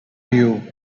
you